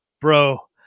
Bro